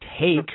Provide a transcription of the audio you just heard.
take